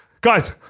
guys